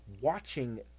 watching